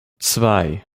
zwei